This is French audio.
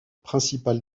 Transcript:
principale